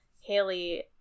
Haley